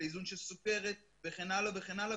לאיזון של סוכרת וכן הלאה וכן הלאה,